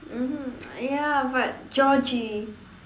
mmhmm ya but Georgie